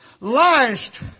last